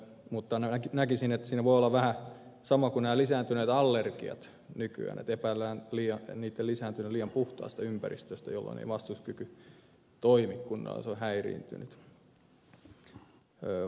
mutta näkisin että siinä voi olla vähän sama asia kuin nämä lisääntyneet allergiat nykyään kun epäillään niitten lisääntyneen liian puhtaasta ympäristöstä jolloin ei vastustuskyky toimi kunnolla se on häiriintynyt